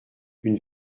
une